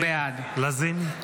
בעד חברת הכנסת לזימי,